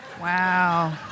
Wow